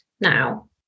now